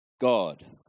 God